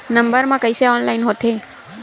Number मा कइसे online होथे?